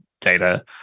data